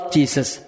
Jesus